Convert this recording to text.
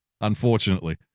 unfortunately